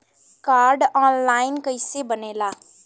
Card online कइसे बनेला?